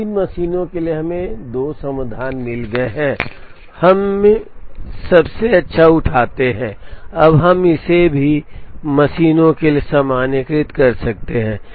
अब तीन मशीनों के लिए हमें 2 समाधान मिल गए हैं और हम सबसे अच्छा उठाते हैं अब हम इसे मी मशीनों के लिए सामान्यीकृत कर सकते हैं